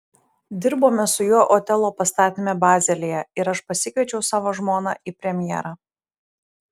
dirbome su juo otelo pastatyme bazelyje ir aš pasikviečiau savo žmoną į premjerą